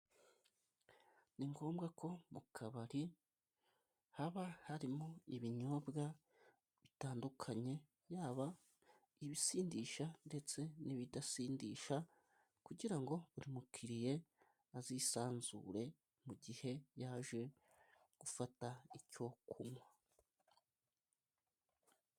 Ni ngombwa ko mu kabari haba harimo ibinyobwa bitandukanye yaba ibisindisha ndetse n'ibidasindisha, kugira ngo buri mukiriye azisanzure mu gihe yaje gufata icyo kunywa.